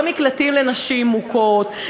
לא מקלטים לנשים מוכות,